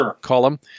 column